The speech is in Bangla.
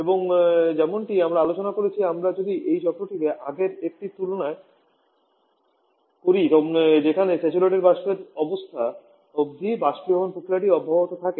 এবং যেমনটি আমরা আলোচনা করেছি আমরা যদি এই চক্রটিকে আগের একটির সাথে তুলনা করি যেখানে স্যাচুরেটেড বাষ্পের অবস্থা অবধি বাষ্পীভবন প্রক্রিয়া অব্যাহত থাকে